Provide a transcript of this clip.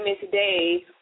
today